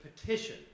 petition